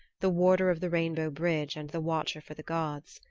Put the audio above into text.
the warder of the rainbow bridge and the watcher for the gods.